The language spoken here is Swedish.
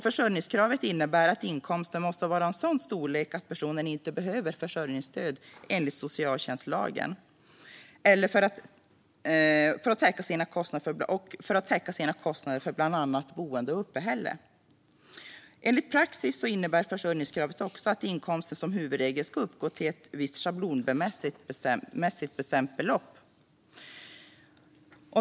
Försörjningskravet innebär att inkomsten måste vara av sådan storlek att personen inte behöver försörjningsstöd enligt socialtjänstlagen för att täcka sina kostnader för bland annat boende och uppehälle. Enligt praxis innebär försörjningskravet också att inkomster som huvudregel ska uppgå till ett schablonmässigt bestämt belopp.